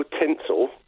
tinsel